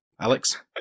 Alex